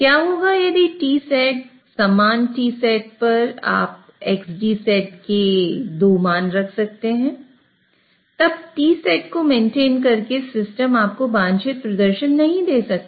क्या होगा यदि Tset समान Tset पर आप xDset के दो मान रख सकते हैं तब Tset को मेंटेन करके सिस्टम आपको वांछित प्रदर्शन नहीं दे सकता